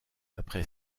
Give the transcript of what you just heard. après